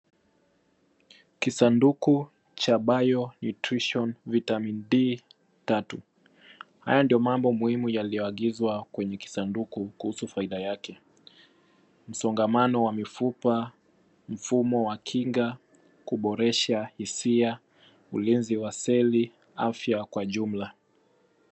Kisanduku cha Bio Nutrition Vitamin D-3. Haya ndio mambo muhimu yaliyoagizwa kwenye kisanduku kuhusu faida yake; msongamano wa mifupa, mfumo wa kinga, kuboresha hisia, ulinzi wa seli, afya kwa jumla.